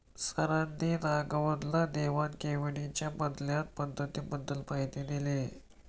सरांनी राघवनला देवाण घेवाणीच्या बदलत्या पद्धतींबद्दल माहिती दिली